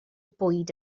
bwyd